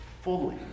fully